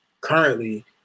currently